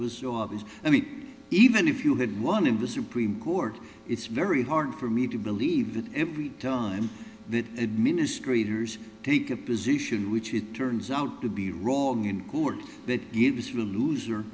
was i mean even if you had won in the supreme court it's very hard for me to believe that every time the administrators take a position which it turns out to be wrong in court that gives you a loser